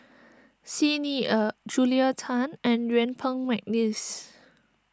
Xi Ni Er Julia Tan and Yuen Peng McNeice